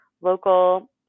local